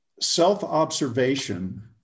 self-observation